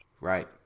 right